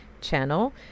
channel